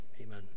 amen